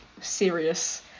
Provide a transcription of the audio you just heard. serious